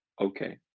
okay